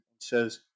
says